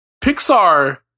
Pixar